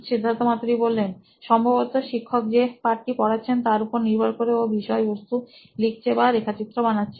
সিদ্ধার্থ মাতু রি সি ই ও নোইন ইলেক্ট্রনিক্স সম্ভবত শিক্ষক যে পাঠ টি পড়াচ্ছেন তার উপর নির্ভ র করে ও বিষয়বস্তু লিখছে বা রেখাচিত্র বানাচ্ছে